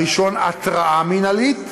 הראשון הוא התראה מינהלית,